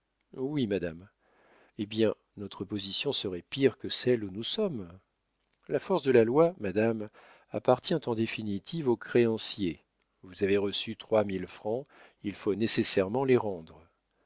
oui madame eh bien notre position serait pire que celle où nous sommes la force de la loi madame appartient en définitive au créancier vous avez reçu trois mille francs il faut nécessairement les rendre